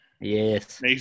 Yes